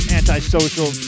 antisocial